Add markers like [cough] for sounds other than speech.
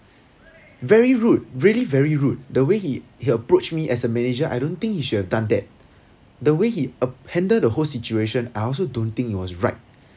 [breath] very rude really very rude the way he he approached me as a manager I don't think he should have done that the way he ap~ handled the whole situation I also don't think it was right